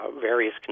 various